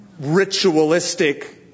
ritualistic